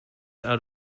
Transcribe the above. out